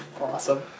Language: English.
Awesome